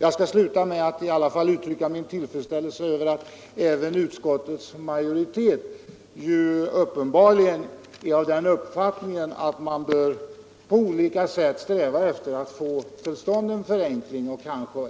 Jag skall sluta detta anförande med att uttrycka min tillfredsställelse över att även utskottets majoritet uppenbarligen är av den uppfattningen, att man bör sträva efter att åstadkomma en förenkling, kanske